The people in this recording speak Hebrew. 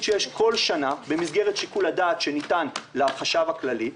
שיש כל שנה במסגרת שיקול הדעת שניתן לחשב הכללי,